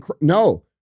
No